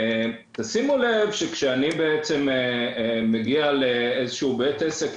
שימו לב שכאשר אני מגיע לאיזשהו בית עסק,